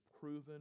proven